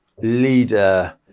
leader